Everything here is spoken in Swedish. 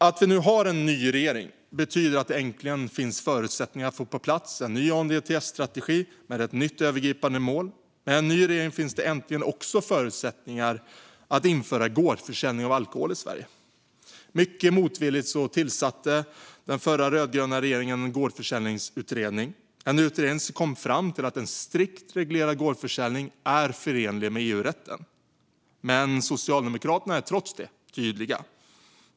Att vi nu har en ny regering betyder att det äntligen finns förutsättningar för att få på plats en ny ANDTS-strategi med ett nytt övergripande mål. Med en ny regering finns det äntligen också förutsättningar att införa gårdsförsäljning av alkohol i Sverige. Mycket motvilligt tillsatte den tidigare rödgröna regeringen en gårdsförsäljningsutredning. Det var en utredning som kom fram till att en strikt reglerad gårdsförsäljning är förenlig med EU-rätten. Men Socialdemokraterna är trots det tydliga.